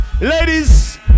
Ladies